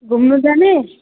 घुम्नु जाने